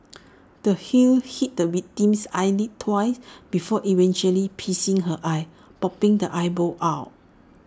the heel hit the victim's eyelid twice before eventually piercing her eye popping the eyeball out